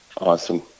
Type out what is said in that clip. Awesome